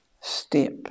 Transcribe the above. step